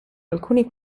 alcuni